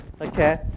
okay